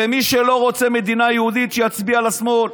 מי שלא רוצה מדינה יהודית, שיצביע לשמאל,